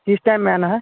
किस टाइम में आना है